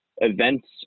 events